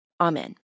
Amen